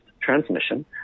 transmission